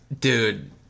dude